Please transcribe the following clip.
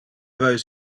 those